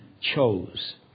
chose